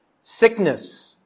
Sickness